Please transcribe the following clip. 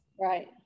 Right